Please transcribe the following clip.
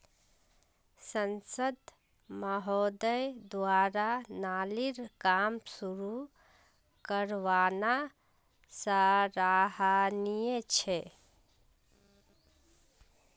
सांसद महोदय द्वारा नालीर काम शुरू करवाना सराहनीय छ